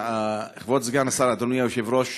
כבוד סגן השר, אדוני היושב-ראש,